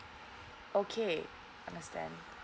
okay understand